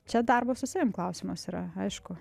čia darbo su savim klausimas yra aišku